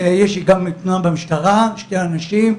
ויש גם תלונה במשטרה נגד שני אנשים.